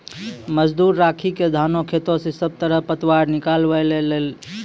मजदूर राखी क धानों खेतों स सब खर पतवार निकलवाय ल लागलै